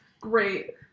Great